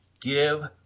Give